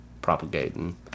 propagating